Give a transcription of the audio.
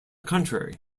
contrary